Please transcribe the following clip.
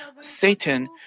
Satan